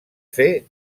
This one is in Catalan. fer